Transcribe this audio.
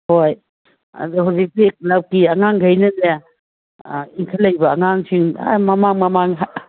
ꯍꯣꯏ ꯑꯗꯣ ꯍꯧꯖꯤꯛꯇꯤ ꯀ꯭ꯂꯕꯀꯤ ꯑꯉꯥꯡꯒꯩꯅꯅꯦ ꯏꯟꯈꯠꯂꯛꯏꯕ ꯑꯉꯥꯡꯁꯤꯡ ꯑꯥ